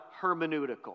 hermeneutical